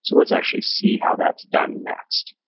so let's actually see how that's done next.